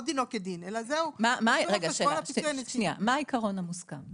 רגע, שנייה, מה בעצם העיקרון המוסכם?